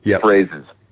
phrases